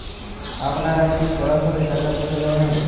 আপনারা কি সরাসরি টাকা কেটে নেবেন?